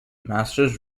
masters